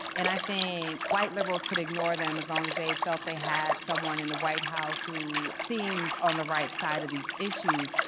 and i think white liberals could ignore them as long as they felt they had someone in the white house who seemed on the right side of these issues.